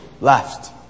left